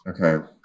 Okay